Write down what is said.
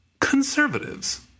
conservatives